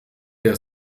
der